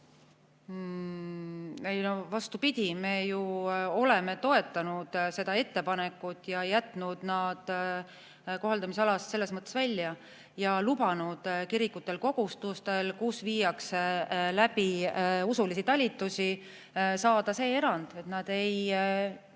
vastupidi. Me ju oleme toetanud seda ettepanekut, jätnud nad kohaldamisalast selles mõttes välja ning lubanud kirikutel ja kogudustel, kus viiakse läbi usulisi talitusi, saada see erand, et nad ei